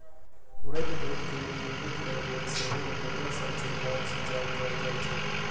उड़ैत धूल कें नियंत्रित करै लेल सेहो रोटेटर सं छिड़काव सिंचाइ कैल जाइ छै